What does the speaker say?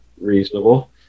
reasonable